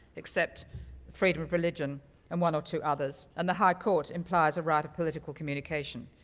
except freedom of religion and one or two others, and the high court implies a rather political communication.